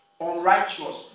unrighteous